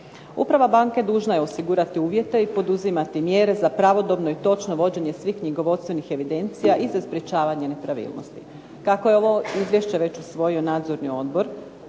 Uprava banke dužna je osigurati uvjete, i poduzimati mjere za pravodobno i točno vođenje svih knjigovodstvenih evidencija i za sprječavanje nepravilnosti. Kako je ovo izvješće već usvojio nadzorni odbor